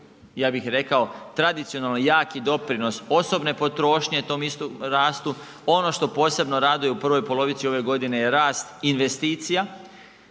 ja bih rekao, tradicionalni jaki doprinos osobne potrošnje tom istom rastu, ono što posebno raduje u prvoj polovici ove godine je rast investicija,